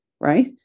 right